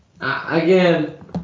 again